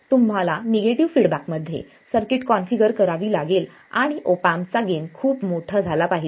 तुम्हाला निगेटिव्ह फीडबॅकमध्ये circuit configure करावी लागेल आणि ऑप एम्प चा गेन खूप मोठा झाला पाहिजे